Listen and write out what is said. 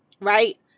Right